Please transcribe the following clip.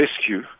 rescue